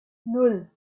nan